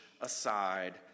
aside